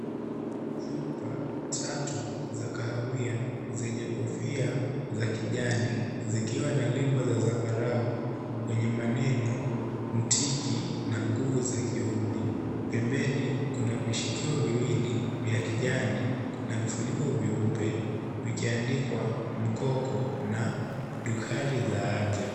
Chupa tatu za kahawia zenye kofia za kijani zikiwa na lebo za zambarau kwenye maneno mtiki na nguvu za kiume. Pembenii kuna vishikio viwili vya kijani na vifuniko vyeupe vikiandikwa mkoko na dukari za haja.